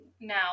now